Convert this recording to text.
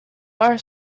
are